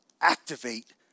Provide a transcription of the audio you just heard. activate